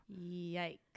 Yikes